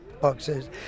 boxes